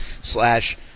slash